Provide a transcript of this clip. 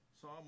Psalm